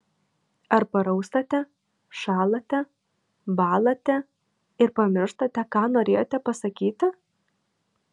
ar paraustate šąlate bąlate ir pamirštate ką norėjote pasakyti